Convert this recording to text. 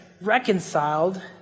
reconciled